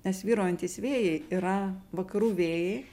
nes vyraujantys vėjai yra vakarų vėjai